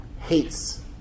hates